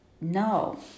no